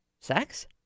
Sex